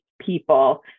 people